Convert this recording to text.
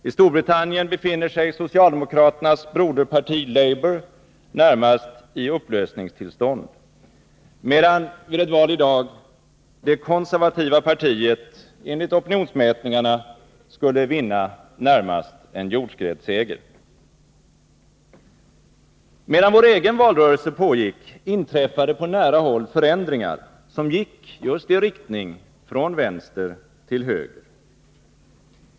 I Storbritannien befinner sig socialdemokraternas broderparti Labour närmast i upplösningstillstånd, medan vid ett val i dag det konservativa partiet enligt opinionsmätningarna skulle vinna närmast en jordskredsseger. Medan vår egen valrörelse pågick inträffade på nära håll förändringar, som gick i riktning från vänster till höger.